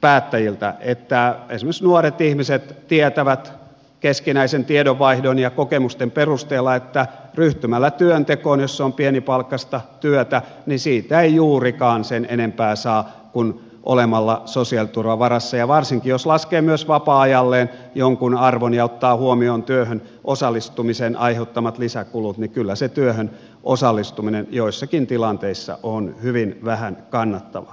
päättäjiltä että esimerkiksi nuoret ihmiset tietävät keskinäisen tiedonvaihdon ja kokemusten perusteella että ryhtymällä työntekoon jos se on pienipalkkaista työtä siitä ei juurikaan sen enempää saa kuin olemalla sosiaaliturvan varassa ja varsinkin jos laskee myös vapaa ajalleen jonkun arvon ja ottaa huomioon työhön osallistumisen aiheuttamat lisäkulut niin kyllä se työhön osallistuminen joissakin tilanteissa on hyvin vähän kannattavaa